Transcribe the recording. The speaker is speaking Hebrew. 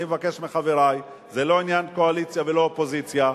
אני מבקש מחברי: זה לא עניין קואליציה ולא אופוזיציה,